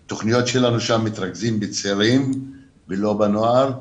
שם התוכניות שלנו מתרכזות בצעירים ולא בנוער.